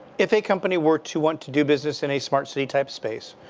if a company were to want to do business in a smart city type space,